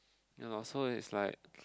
you know so it's like